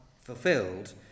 fulfilled